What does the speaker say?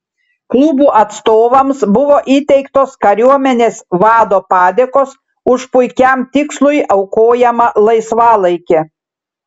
klubų atstovams buvo įteiktos kariuomenės vado padėkos už puikiam tikslui aukojamą laisvalaikį